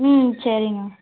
ம் சரிங்க